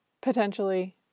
potentially